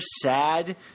sad